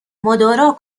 مدارا